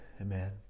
amen